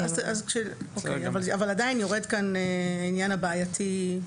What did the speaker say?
עדיין יורד כאן העניין הבעייתי.